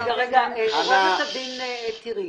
יש הערות לסעיף 2?